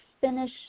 finish